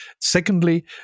Secondly